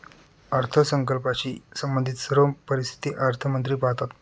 अर्थसंकल्पाशी संबंधित सर्व परिस्थिती अर्थमंत्री पाहतात